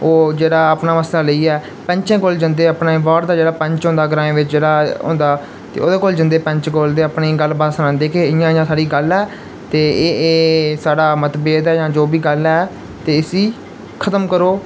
ओह् जेह्ड़ा अपना मसला लेइयै पैंचें कोल जंदे अपने वार्ड दा जेह्ड़ा पैंच होंदा ग्राएं बिच्च जेह्ड़ा होंदा ते ओह्दे कोल जंदे पैंच कोल ते अपनी गल्ल बात सनांदे कि इयां इयां साढ़ी गल्ल ऐ ते एह् एह् साढ़ा मतभेद ऐ जां जो बी गल्ल ऐ ते इसी खतम करो